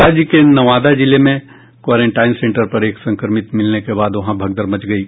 राज्य के नवादा जिले में क्वारेंटाइन सेंटर पर एक संक्रमित मिलने के बाद वहां भगदड़ मच गयी